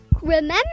Remember